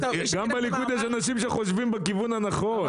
גם בליכוד יש אנשים שחושבים בכיוון הנכון,